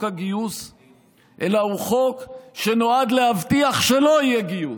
הגיוס אלא הוא חוק שנועד להבטיח שלא יהיה גיוס,